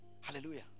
Hallelujah